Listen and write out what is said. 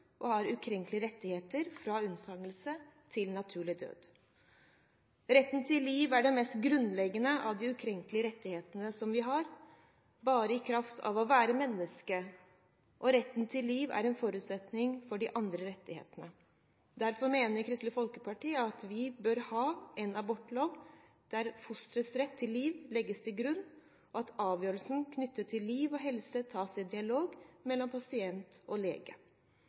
og har ukrenkelige rettigheter fra unnfangelse til naturlig død. Retten til liv er den mest grunnleggende av de ukrenkelige rettighetene som vi har bare i kraft av å være menneske, og retten til liv er en forutsetning for de andre rettighetene. Derfor mener Kristelig Folkeparti at vi bør ha en abortlov der fosterets rett til liv legges til grunn, og at avgjørelsen knyttet til liv og helse tas i dialog mellom pasient og lege.